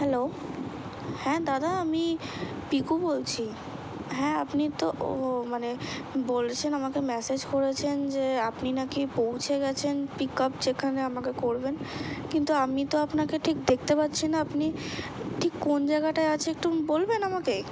hello হ্যাঁ দাদা আমি পিকু বলছি হ্যাঁ আপনি তো ও মানে বলেছেন আমাকে ম্যাসেজ করেছেন যে আপনি নাকি পৌঁছে গেছেন পিকআপ যেখানে আমাকে করবেন কিন্তু আমি তো আপনাকে ঠিক দেখতে পাচ্ছি না আপনি ঠিক কোন জায়গাটায় আছে একটু বলবেন আমাকে